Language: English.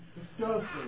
Disgusting